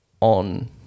on